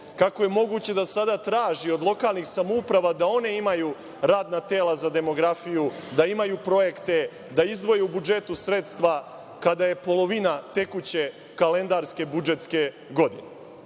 kako je moguće da sada traži od lokalnih samouprava da one imaju radna tela za demografiju, da imaju projekte, da izdvoje u budžetu sredstva kada je polovina tekuće kalendarske budžetske godine? Dakle,